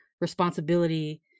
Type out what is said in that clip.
responsibility